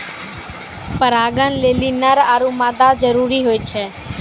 परागण लेलि नर आरु मादा जरूरी होय छै